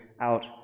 out